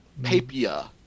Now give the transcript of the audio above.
papia